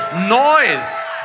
noise